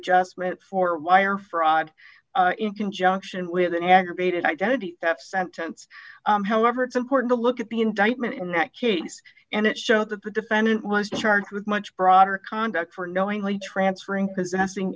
adjustment for wire fraud in conjunction with an aggravated identity theft sentence however to important to look at the indictment in that kids and it show that the defendant was charged with much broader conduct for knowingly transferring possessing